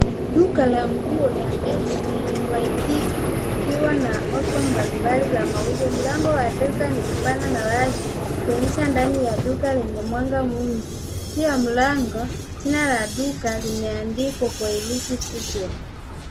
Duka la nguo la LC Waikiki likiwa na offer mbali mbali ya mauzo. Mlango wa duka ni pana na wazi kuonyesha ndani ya duka lenye mwanga mwingi, juu ya mlango jina la duka limeandika kwa herufi kubwa.